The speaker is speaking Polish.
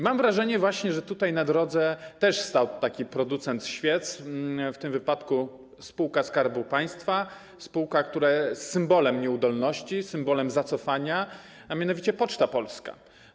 Mam wrażenie, że również tutaj na drodze stał taki producent świec, w tym wypadku spółka Skarbu Państwa, spółka, która jest symbolem nieudolności, symbolem zacofania, a mianowicie Poczta Polska.